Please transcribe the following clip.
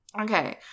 Okay